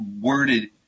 worded